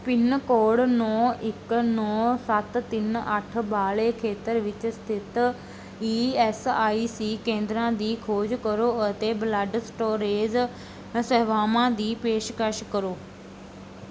pin code ਨੌ ਇੱਕ ਨੌ ਸੱਤ ਤਿੰਨ ਅੱਠ ਵਾਲੇ ਖੇਤਰ ਵਿੱਚ ਸਥਿਤ ਈ ਐਸ ਆਈ ਸੀ ਕੇਂਦਰਾਂ ਦੀ ਖੋਜ ਕਰੋ ਅਤੇ ਬਲੱਡ ਸਟੋਰੇਜ ਸੇਵਾਵਾਂ ਦੀ ਪੇਸ਼ਕਸ਼ ਕਰੋ